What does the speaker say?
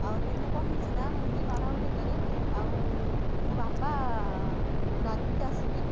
ଆଉ ଦିନେ କ'ଣ ହେଇଛି ନା ମୁଁ ଏମିତି ମାଡ଼ଗୋଳ ଭିତରେ ଆଉ ମୋ ବାପା ରାଗିକି ଆସିକି